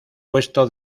puesto